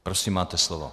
Prosím, máte slovo.